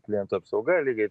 klientų apsauga lygiai